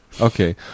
Okay